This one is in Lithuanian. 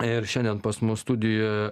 ir šiandien pas mus studijoje